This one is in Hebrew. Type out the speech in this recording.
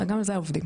גם על זה עובדים.